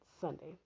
sunday